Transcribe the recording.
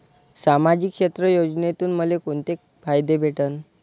सामाजिक क्षेत्र योजनेतून मले कोंते फायदे भेटन?